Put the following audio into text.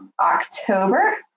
October